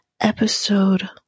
Episode